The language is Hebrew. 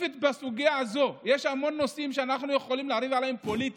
ספציפית בסוגיה הזאת: יש המון נושאים שאנחנו יכולים לריב עליהם פוליטית,